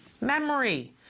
memory